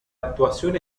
actuación